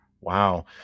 Wow